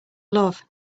love